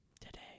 Today